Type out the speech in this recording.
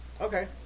Okay